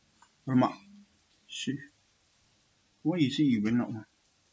alamak shit why you say you went out